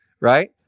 right